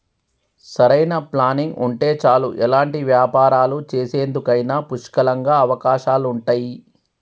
సరైన ప్లానింగ్ ఉంటే చాలు ఎలాంటి వ్యాపారాలు చేసేందుకైనా పుష్కలంగా అవకాశాలుంటయ్యి